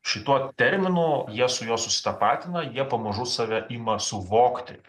šituo terminu jie su juo susitapatina jie pamažu save ima suvokti